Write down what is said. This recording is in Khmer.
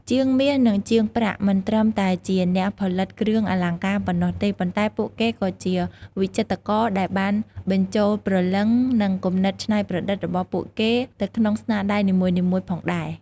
ជាងមាស និងជាងប្រាក់មិនត្រឹមតែជាអ្នកផលិតគ្រឿងអលង្ការប៉ុណ្ណោះទេ ប៉ុន្តែពួកគេក៏ជា វិចិត្រករ ដែលបានបញ្ចូលព្រលឹង និងគំនិតច្នៃប្រឌិតរបស់ពួកគេទៅក្នុងស្នាដៃនីមួយៗផងដែរ។